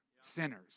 sinners